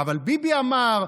אבל ביבי אמר,